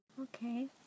Okay